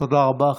תודה רבה.